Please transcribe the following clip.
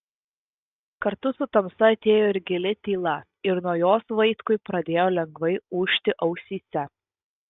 kartu su tamsa atėjo ir gili tyla ir nuo jos vaitkui pradėjo lengvai ūžti ausyse